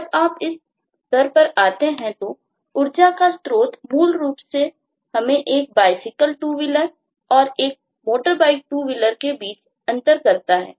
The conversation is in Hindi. जब आप इस स्तर पर आते हैं तो ऊर्जा का स्रोत मूल रूप से हमें एक BiCycle TwoWheeler और एक MotorBike TwoWheeler के बीच अंतर करता है